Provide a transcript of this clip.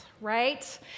right